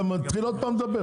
אתה מתחיל עוד פעם לדבר?